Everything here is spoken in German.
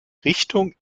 richtung